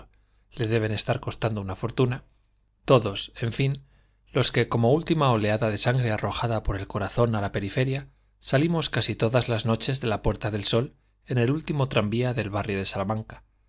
le deben estar costando una fortuna todos en fin los que última oleada de sangre como arrojada por el corazón á la periferia salirnos casi todas las noches de la puerta del sol en el último tranvía del barrio de salamanca